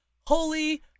holy